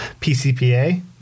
PCPA